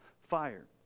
fire